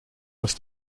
was